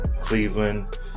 Cleveland